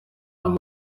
ariya